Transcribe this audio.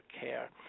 care